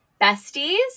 besties